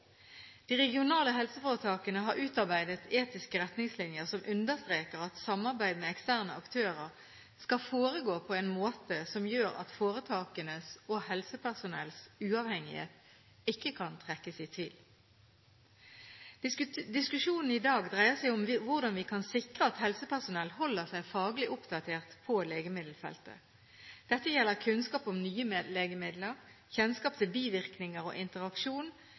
De regionale helseforetakene har utarbeidet etiske retningslinjer som understreker at samarbeidet med eksterne aktører skal foregå på en måte som gjør at foretakenes og helsepersonellets uavhengighet ikke kan trekkes i tvil. Diskusjonen i dag dreier seg om hvordan vi kan sikre at helsepersonell holder seg faglig oppdatert på legemiddelfeltet. Dette gjelder kunnskap om nye legemidler, kjennskap til bivirkninger og interaksjon